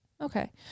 Okay